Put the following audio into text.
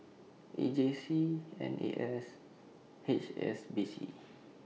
E J C N A S H S B C